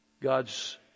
God's